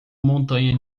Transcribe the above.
montanha